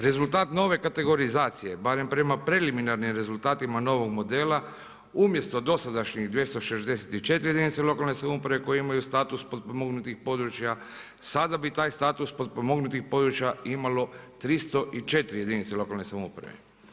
Rezultat nove kategorizacije barem prema preliminarnim rezultatima novog modela umjesto dosadašnjih 264 jedinice lokalne samouprave koje imaju status potpomognutih područja sada bi taj status potpomognutih područja imalo 304 jedinice lokalne samouprave.